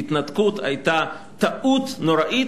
ההתנתקות היתה טעות נוראה,